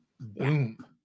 boom